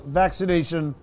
vaccination